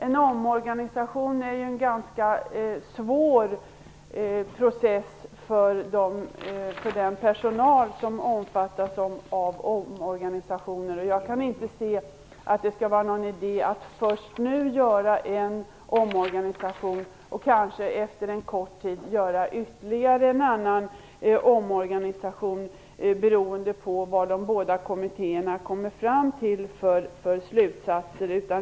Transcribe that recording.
En omorganisation är en ganska svår process för den personal som berörs av den, och jag kan inte se att det är en bra idé att nu göra en omorganisation och kanske efter en kort tid göra ytterligare en omorganisation på grundval av de slutsatser som de båda kommittéerna kommer fram till.